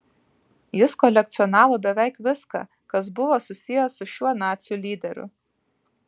jis kolekcionavo beveik viską kas buvo susiję su šiuo nacių lyderiu